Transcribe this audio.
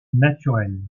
naturel